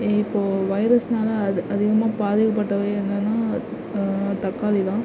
இப்போ வைரஸ்னால் அதிகமாக பாதிக்கபட்டவை என்னனா தக்காளி தான்